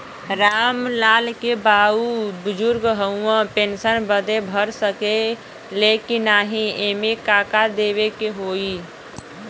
राम लाल के बाऊ बुजुर्ग ह ऊ पेंशन बदे भर सके ले की नाही एमे का का देवे के होई?